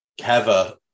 Keva